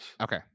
Okay